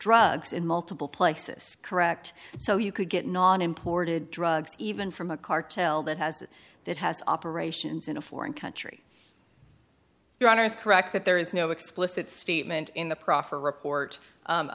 drugs in multiple places correct so you could get non imported drugs even from a cartel that has that has operations in a foreign country your honor is correct that there is no explicit statement in the proffer report